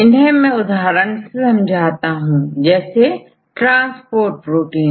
इन्हें मैं उदाहरण से समझाता हूं जैसे ट्रांसपोर्ट प्रोटीन